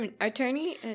attorney